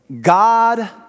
God